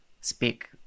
speak